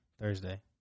Thursday